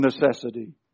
necessity